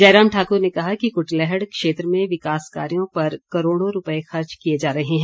जयराम ठाकुर ने कहा कि कुटलैहड़ क्षेत्र में विकास कार्यो पर करोड़ों रुपये खर्च किए जा रहे हैं